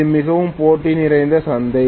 இது மிகவும் போட்டி நிறைந்த சந்தை